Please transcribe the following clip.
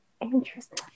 Interesting